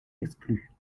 exclue